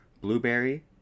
blueberry